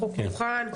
החוק מוכן,